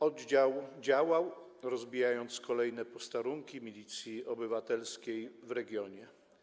Oddział działał, rozbijając kolejne posterunki Milicji Obywatelskiej w regionie.